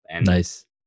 Nice